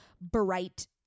bright